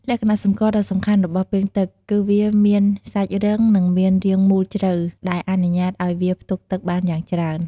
លក្ខណៈសម្គាល់ដ៏សំខាន់របស់ពាងទឹក គឺវាមានសាច់រឹង និងមានរាងមូលជ្រៅ ដែលអនុញ្ញាតឲ្យវាផ្ទុកទឹកបានយ៉ាងច្រើន។